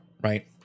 Right